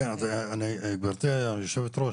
גברתי היושבת-ראש,